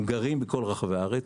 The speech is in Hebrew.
הם גרים בכל רחבי הארץ.